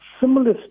similar